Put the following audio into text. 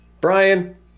Brian